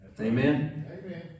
Amen